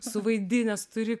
suvaidinęs turi